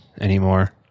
anymore